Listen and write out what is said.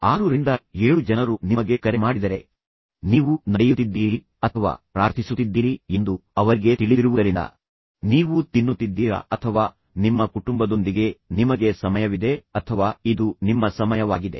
6 ರಿಂದ 7 ಜನರು ನಿಮಗೆ ಕರೆ ಮಾಡಿದರೆ ನೀವು ನಡೆಯುತ್ತಿದ್ದೀರಿ ಅಥವಾ ನೀವು ಪ್ರಾರ್ಥಿಸುತ್ತಿದ್ದೀರಿ ಎಂದು ಅವರಿಗೆ ತಿಳಿದಿರುವುದರಿಂದ ನೀವು ತಿನ್ನುತ್ತಿದ್ದೀರಾ ಅಥವಾ ನಿಮ್ಮ ಕುಟುಂಬದೊಂದಿಗೆ ನಿಮಗೆ ಸಮಯವಿದೆ ಅಥವಾ ಇದು ನಿಮ್ಮ ಸಮಯವಾಗಿದೆ